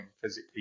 physically